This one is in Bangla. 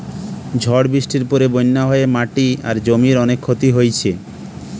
ঝড় বৃষ্টির পরে বন্যা হয়ে মাটি আর জমির অনেক ক্ষতি হইছে